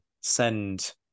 send